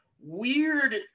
weird